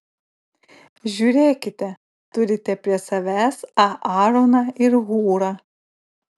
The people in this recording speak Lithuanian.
žiūrėkite turite prie savęs aaroną ir hūrą